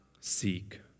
seek